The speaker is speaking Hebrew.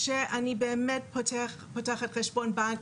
כשאני פותחת חשבון בנק,